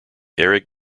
erik